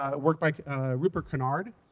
ah work by rupert kinnard,